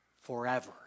forever